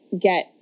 get